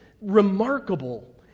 remarkable